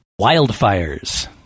Wildfires